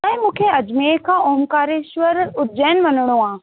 साईं मूंखे अजमेर खां ओंकारेश्वर उज्जैन वञिणो आहे